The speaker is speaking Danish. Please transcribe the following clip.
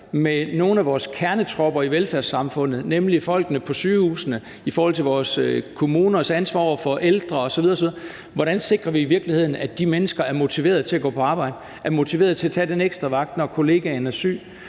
med nogle af vores kernetropper i velfærdssamfundet, nemlig folkene på sygehusene og i forhold til vores kommuners ansvar over for ældre osv. osv. sikrer, at de mennesker, der arbejder der, er motiverede til at gå på arbejde, er motiverede til at tage den ekstra vagt, når kollegaen er syg,